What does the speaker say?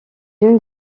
unes